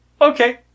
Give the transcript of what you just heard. okay